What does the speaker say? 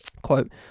Quote